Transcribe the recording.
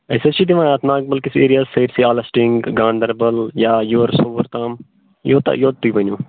أسۍ حظ چھِ دِوان اَتھ ناگبلکِس ایٚرِیاہَس سٲرسٕے آلَسٹِنٛگ گاندَربَل یا یورٕ صوُر تام یوٗتاہ یوٚت تُہۍ ؤنِو